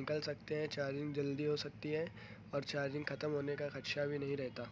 نکل سکتے ہیں چارجنگ جلدی ہو سکتی ہے اور چارجنگ ختم ہونے کا خدشہ بھی نہیں رہتا